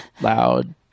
loud